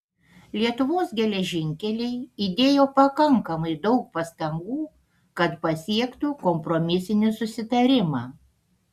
lietuvos geležinkeliai įdėjo pakankamai daug pastangų kad pasiektų kompromisinį susitarimą